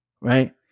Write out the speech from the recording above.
right